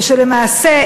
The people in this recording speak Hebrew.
ושלמעשה,